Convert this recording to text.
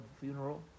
funeral